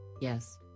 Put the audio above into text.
Yes